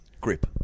Grip